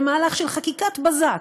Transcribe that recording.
ולמהלך של חקיקת בזק,